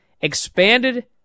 expanded